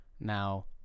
now